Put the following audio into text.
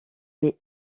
est